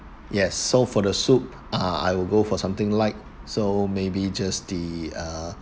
yes so for the soup uh I will go for something lite so maybe just the uh